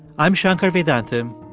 i'm shankar vedantam,